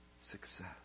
Success